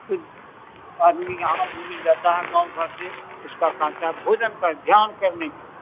फिर आदमी यहाँ भी मिल जाता है गाँव घर में उसका कहता है भोजन का ध्यान करने के लिए